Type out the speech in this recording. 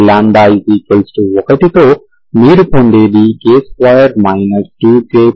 λ1తో మీరు పొందేది k2 2k10